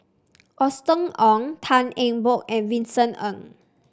Austen Ong Tan Eng Bock and Vincent Ng